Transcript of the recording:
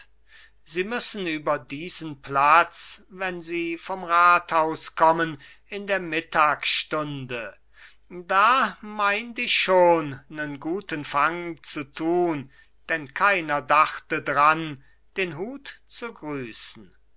sie müssen über diesen platz wenn sie vom rathaus kommen um die mittagstunde da meint ich schon nen guten fang zu tun denn keiner dachte dran den hut zu grüssen